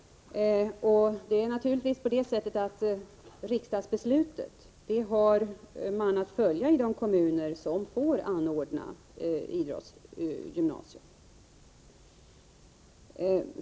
Naturligtvis är det på det sättet att riksdagsbeslutet har man att följa i de kommuner som får anordna idrottsgymnasium.